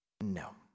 No